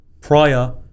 prior